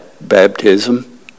baptism